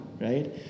right